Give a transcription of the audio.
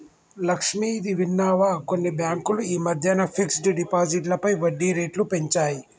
లక్ష్మి, ఇది విన్నావా కొన్ని బ్యాంకులు ఈ మధ్యన ఫిక్స్డ్ డిపాజిట్లపై వడ్డీ రేట్లు పెంచాయి